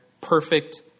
perfect